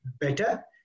better